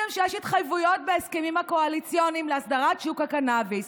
ופרסמתם שיש התחייבויות בהסכמים הקואליציוניים להסדרת שוק הקנביס.